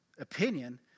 Opinion